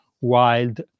wild